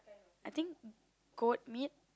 I think goat meat